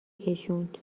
کشوند